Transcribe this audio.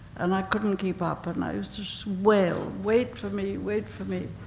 and i couldn't keep up, and i would just wail, wait for me, wait for me.